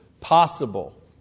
possible